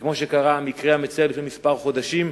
כמו שקרה המקרה המצער לפני כמה חודשים.